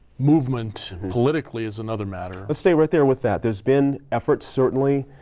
movement politically is another matter. let's stay right there with that. there's been efforts certainly,